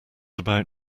about